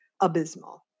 abysmal